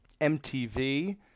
MTV